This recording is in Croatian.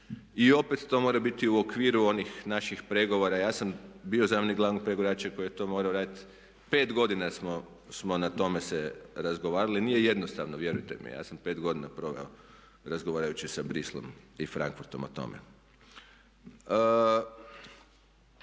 i opet to mora biti u okviru onih naših pregovora. Ja sam bio zamjenik glavnog pregovarača koji je to morao raditi. Pet godina smo na tome se razgovarali, nije jednostavno vjerujte mi. Ja sam pet godina proveo razgovarajući sa Bruxellesom i Frankfurtom o tome.